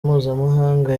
mpuzamahanga